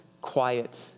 quiet